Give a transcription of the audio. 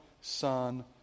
son